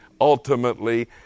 Ultimately